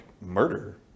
murder